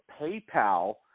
PayPal